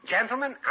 Gentlemen